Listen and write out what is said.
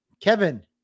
Kevin